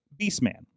Beastman